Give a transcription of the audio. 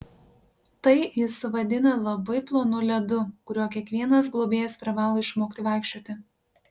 tai jis vadina labai plonu ledu kuriuo kiekvienas globėjas privalo išmokti vaikščioti